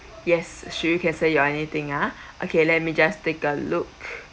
yes so you can say you anything ah okay let me just take a look